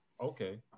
okay